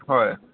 হয়